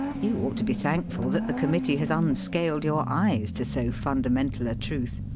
you ought to be thank ful that the committn! has unsealed your eyes to so fundamental a truth.